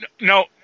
No